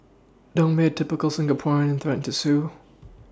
don't be a typical Singaporean and threaten to sue